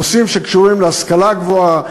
נושאים שקשורים להשכלה גבוהה,